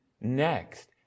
next